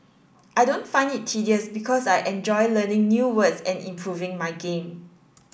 I don't find it tedious because I enjoy learning new words and improving my game